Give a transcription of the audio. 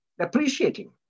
appreciating